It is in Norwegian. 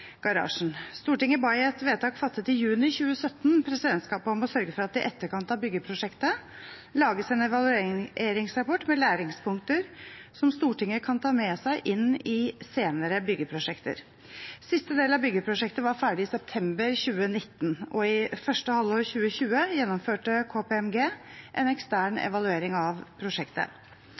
stortingsgarasjen. Stortinget ba i et vedtak fattet i juni 2017 presidentskapet om å sørge for at det i etterkant av byggeprosjektet lages en evalueringsrapport med læringspunkter som Stortinget kan ta med seg inn i senere byggeprosjekter. Siste del av byggeprosjektet var ferdig i september 2019, og i første halvår 2020 gjennomførte KPMG en ekstern evaluering av prosjektet.